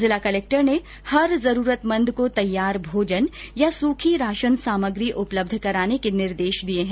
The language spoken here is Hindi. जिला कलेक्टर ने हर जरूरतमंद को तैयार भोजन या सूखी राशन सामग्री उपलब्ध कराने के निर्देश दिये हैं